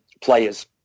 players